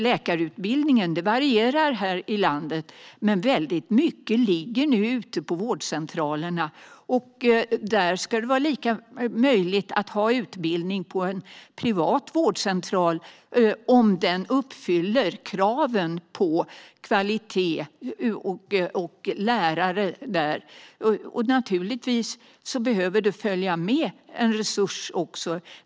Läkarutbildningen varierar här i landet, men väldigt mycket ligger nu ute på vårdcentralerna. Det ska också vara möjligt att ha utbildning på en privat vårdcentral om den uppfyller kraven på kvalitet och lärare. Naturligtvis behövs det också resurser.